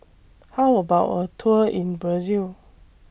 How about A Tour in Brazil